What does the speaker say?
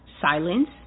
silence